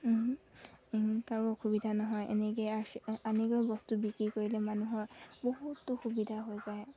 কাৰো অসুবিধা নহয় এনেকৈ এনেকৈ বস্তু বিক্ৰী কৰিলে মানুহৰ বহুতো সুবিধা হৈ যায়